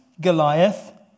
Goliath